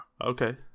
Okay